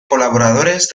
colaboradores